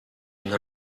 una